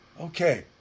Okay